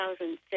2006